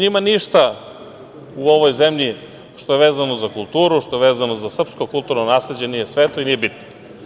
Njima ništa u ovoj zemlji što je vezano za kulturu, što je vezano za srpsko kulturno nasleđe nije sveto i nije bitno.